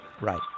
Right